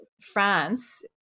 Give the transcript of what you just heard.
France